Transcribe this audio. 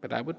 but i would